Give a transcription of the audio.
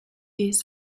this